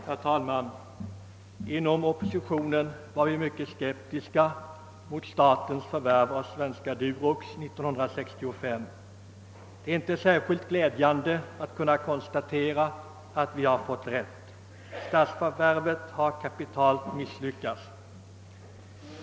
Herr talman! Inom oppositionen var vi mycket skeptiska mot statens förvärv av Svenska Durox år 1965. Det är inte särskilt glädjande att kunna konstatera att vi har fått rätt och att förvärvet har kapitalt misslyckats.